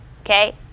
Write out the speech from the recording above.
okay